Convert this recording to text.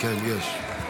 כן, יש.